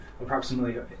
approximately